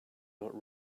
not